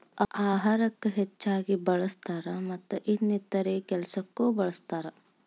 ಅಹಾರಕ್ಕ ಹೆಚ್ಚಾಗಿ ಬಳ್ಸತಾರ ಮತ್ತ ಇನ್ನಿತರೆ ಕೆಲಸಕ್ಕು ಬಳ್ಸತಾರ